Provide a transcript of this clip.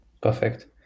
Perfect